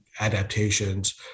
adaptations